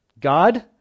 God